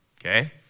Okay